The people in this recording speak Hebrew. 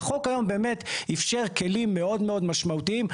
החוק היום באמת אפשר כלים מאוד מאוד משמעותיים.